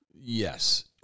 Yes